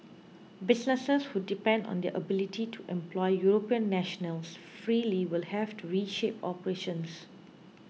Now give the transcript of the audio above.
businesses who depend on their ability to employ European nationals freely will have to reshape operations